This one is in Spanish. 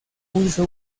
pulso